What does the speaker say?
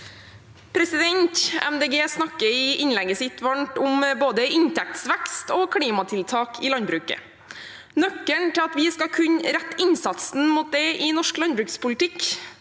De Grønne snakker i innlegget sitt varmt om både inntektsvekst og klimatiltak i landbruket. Nøkkelen til at vi skal kunne rette innsatsen mot det i norsk landbrukspolitikk,